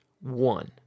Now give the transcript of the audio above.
One